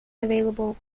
available